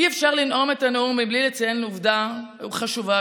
אי-אפשר לנאום את הנאום מבלי לציין עובדה חשובה,